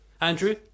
Andrew